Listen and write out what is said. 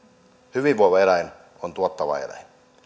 hyvinvoiva eläin on tuottava eläin